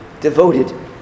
devoted